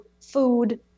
food